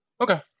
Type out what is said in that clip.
Okay